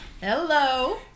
Hello